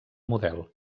model